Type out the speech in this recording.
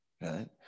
right